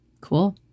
cool